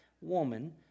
woman